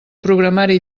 programari